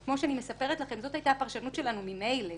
כמו שאני מספרת לכם, זאת הייתה הפרשנות שלנו ממילא